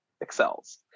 excels